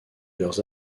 leurs